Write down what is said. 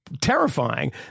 terrifying